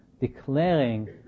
declaring